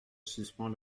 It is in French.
suspends